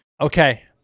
Okay